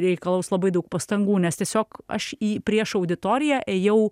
reikalaus labai daug pastangų nes tiesiog aš į prieš auditoriją ėjau